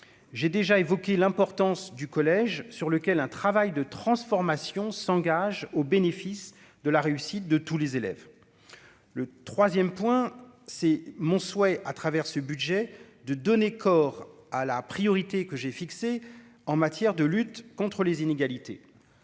j'ai déjà évoqué l'importance du collège, sur lequel un travail de transformation s'engage au bénéfice de la réussite de tous les élèves le 3ème point c'est mon souhait, à travers ce budget de donner corps à la priorité que j'ai fixé en matière de lutte contre les inégalités,